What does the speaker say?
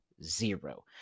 Zero